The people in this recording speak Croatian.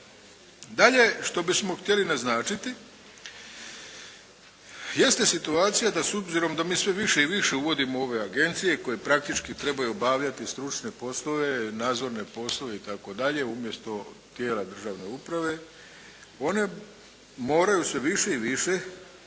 Dalje što bismo htjeli naznačiti jeste situacija da s obzirom da mi sve više i više uvodimo ove agencije koje praktički trebaju obavljati stručne poslove, nadzorne poslove itd. umjesto tijela državne uprave, one moraju sve više i više donositi